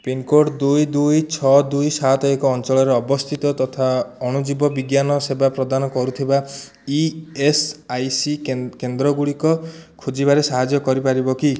pincode ଦୁଇ ଦୁଇ ଛଅ ଦୁଇ ସାତ ଏକ ଅଞ୍ଚଳରେ ଅବସ୍ଥିତ ତଥା ଅଣୁଜୀବ ବିଜ୍ଞାନ ସେବା ପ୍ରଦାନ କରୁଥିବା ଇ ଏସ୍ ଆଇ ସି କେନ୍ଦ୍ରଗୁଡ଼ିକ ଖୋଜିବାରେ ସାହାଯ୍ୟ କରିପାରିବ କି